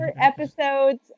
episodes